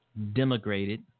demigrated